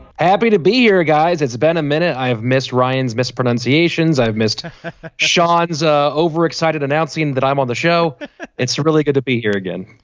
happy to be here. guys it's been a minute i have missed ryan's missed pronunciations i've missed shawn's ah overexcited announcing that i'm on the show it's really good to be here again.